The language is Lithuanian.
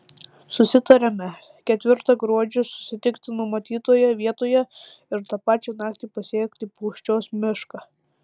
susitariame ketvirtą gruodžio susitikti numatytoje vietoje ir tą pačią naktį pasiekti pūščios mišką